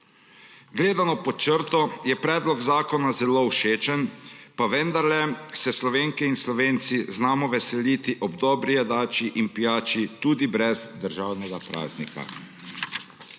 Gledano pod črto je predlog zakona zelo všečen, pa vendarle se Slovenke in Slovenci znamo veseliti ob dobri jedači in pijači tudi brez državnega praznika.